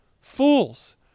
fools